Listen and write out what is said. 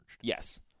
Yes